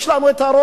יש לנו רוב.